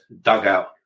dugout